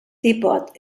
depot